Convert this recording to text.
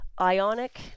Ionic